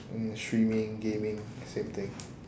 um streaming gaming same thing